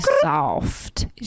soft